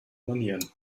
manieren